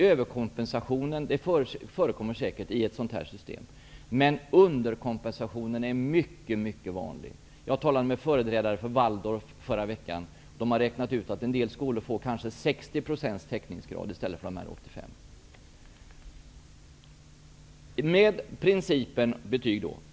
Överkompensation förekommer säkert i ett sådant här system, men underkompensationen är mycket vanlig. Jag talade i förra veckan med företrädare för Waldorfskolan. De hade räknat ut att en del skolor kanske får en 60-procentig täckningsgrad i stället för en 85-procentig.